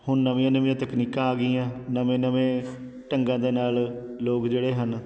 ਹੁਣ ਨਵੀਆਂ ਨਵੀਆਂ ਤਕਨੀਕਾਂ ਆ ਗਈਆਂ ਨਵੇਂ ਨਵੇਂ ਢੰਗਾਂ ਦੇ ਨਾਲ ਲੋਕ ਜਿਹੜੇ ਹਨ